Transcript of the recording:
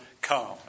come